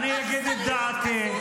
אני אגיד את דעתי.